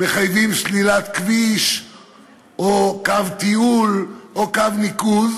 מחייבים סלילת כביש או קו תיעול או קו ניקוז,